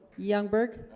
youngberg